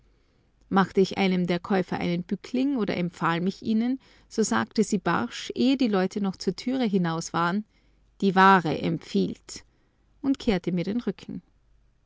machte ich einem der käufer einen bückling oder empfahl mich ihnen so sagte sie barsch ehe die leute noch zur türe hinaus waren die ware empfiehlt und kehrte mir den rücken